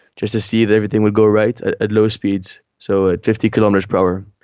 just to see that everything would go right at at low speeds, so at fifty kilometres per hour.